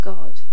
God